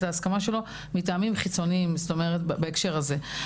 ההסכמה שלו מטעמים חיצוניים בהקשר הזה.